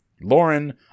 Lauren